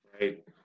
Right